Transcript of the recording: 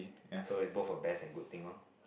so it both a best and good thing lor